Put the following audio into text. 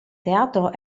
teatro